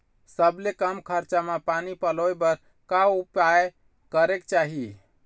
सबले कम खरचा मा पानी पलोए बर का उपाय करेक चाही?